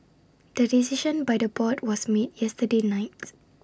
the decision by the board was made yesterday night